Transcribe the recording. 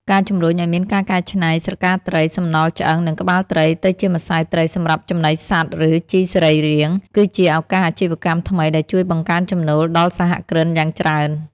ការជំរុញឱ្យមានការកែច្នៃស្រកាត្រី សំណល់ឆ្អឹង និងក្បាលត្រីទៅជាម្សៅត្រីសម្រាប់ចំណីសត្វ ឬជីសរីរាង្គ គឺជាឱកាសអាជីវកម្មថ្មីដែលជួយបង្កើនចំណូលដល់សហគ្រិនយ៉ាងច្រើន។